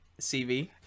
CV